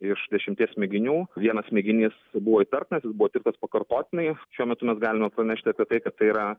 iš dešimties mėginių vienas mėginys buvo įtartinas jis buvo tirtas pakartotinai šiuo metu mes galime pranešti apie tai kad tai yra